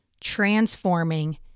transforming